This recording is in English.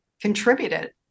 contributed